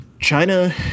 China